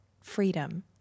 freedom